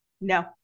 No